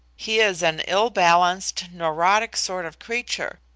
he is an ill-balanced, neurotic sort of creature.